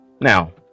Now